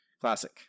Classic